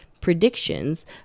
Predictions